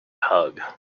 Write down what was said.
hug